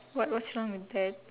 what was wrong with that